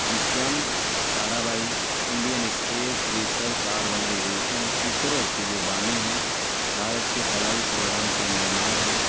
Vikram Sarabhai Indian space research organisation ISRO کے جو بانی ہیں بھارت کے خلائی پروگرام کے معمار ہیں